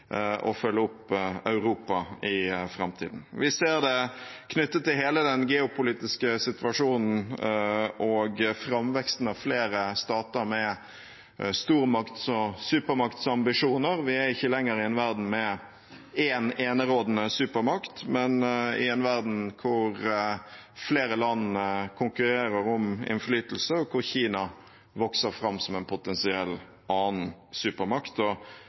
følge opp Europa i framtiden. Vi ser det knyttet til hele den geopolitiske situasjonen og framveksten av flere stater med stormakts- og supermaktsambisjoner. Vi er ikke lenger i en verden med én enerådende supermakt, men i en verden hvor flere land konkurrerer om innflytelse, og hvor Kina vokser fram som en potensiell annen supermakt, og det geopolitiske sentrum dermed også beveger seg mot Asia og